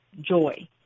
joy